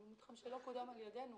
הוא מתחם שלא קודם על ידנו.